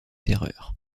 terreur